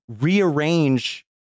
rearrange